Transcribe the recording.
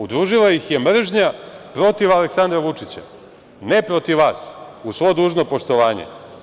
Udružila ih je mržnja protiv Aleksandra Vučića, ne protiv vas, uz svo dužno poštovanje.